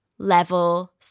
level